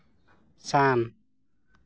ᱥᱟᱱ